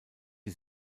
die